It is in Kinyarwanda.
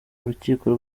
urukiko